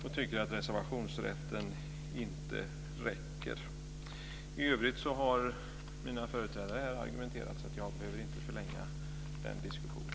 Vi tycker inte att reservationsrätten räcker. I övrigt har mina företrädare i debatten argumenterat i frågan, så jag behöver inte förlänga diskussionen.